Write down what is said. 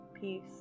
peace